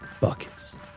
buckets